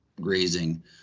grazing